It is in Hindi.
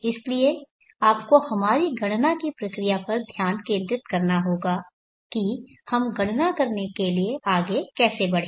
इसलिए आपको हमारी गणना की प्रक्रिया पर ध्यान केंद्रित करना होगा कि हम गणना करने के लिए आगे कैसे बढ़ें